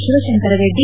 Shivashankar Reddy